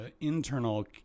internal